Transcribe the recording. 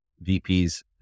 VP's